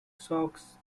socks